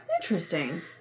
Interesting